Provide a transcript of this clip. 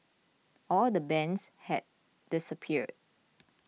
all the bands had disappeared